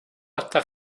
hasta